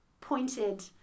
pointed